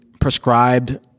prescribed